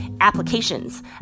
applications